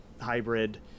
hybrid